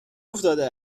افتاده